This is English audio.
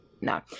No